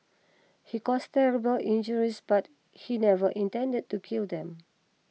he caused terrible injuries but he never intended to kill them